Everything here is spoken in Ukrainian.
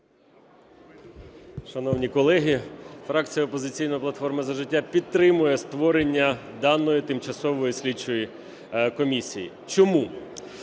Шановні колеги, фракція "Опозиційна платформа – За життя" підтримує створення даної тимчасової слідчої комісії. Чому?